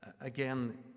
Again